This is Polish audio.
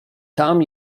tam